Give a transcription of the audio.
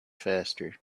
faster